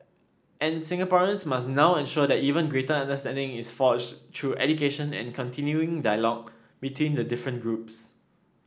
and Singaporeans must now ensure that even greater understanding is forged through education and continuing dialogue between the different groups